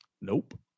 Nope